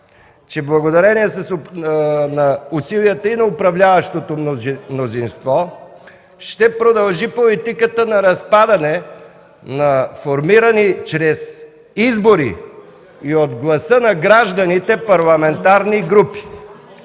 че благодарение на усилията и на управляващото мнозинство, ще продължи политиката на разпадане на формирани чрез избори и от гласа на гражданите парламентарни групи.